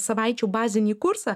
savaičių bazinį kursą